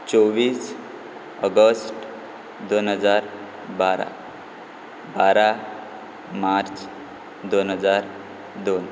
चोव्वीस ऑगस्ट दोन हजार बारा बारा मार्च दोन हजार दोन